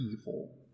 evil